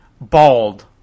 bald